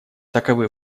таковы